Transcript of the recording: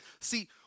See